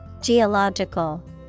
geological